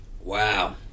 Wow